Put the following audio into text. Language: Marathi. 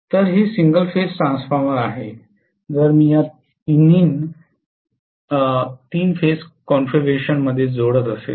तर हे सिंगल फेज ट्रान्सफॉर्मर आहे जर मी या तीनहींना तीन फेज कॉन्फिगरेशनमध्ये जोडत असेल